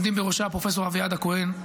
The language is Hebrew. עומדים בראשה הפרופסור אביעד הכהן,